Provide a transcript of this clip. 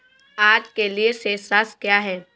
आज के लिए शेष राशि क्या है?